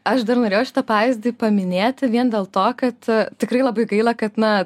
aš dar norėjau šitą pavyzdį paminėti vien dėl to kad tikrai labai gaila kad na